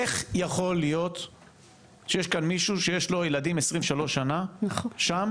איך יכול להיות שיש כאן מישהו שיש לו ילדים 23 שנה שם